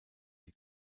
die